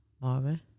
Marvin